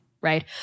Right